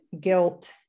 guilt